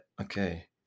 okay